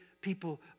people